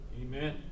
Amen